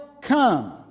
come